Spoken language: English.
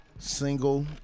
single